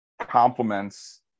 complements